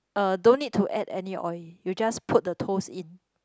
uh don't need to add any oil you just put the toast in